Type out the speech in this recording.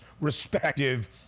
respective